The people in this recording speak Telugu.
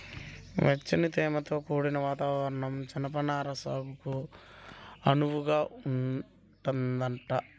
వెచ్చని, తేమతో కూడిన వాతావరణం జనపనార సాగుకు అనువుగా ఉంటదంట